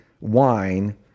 wine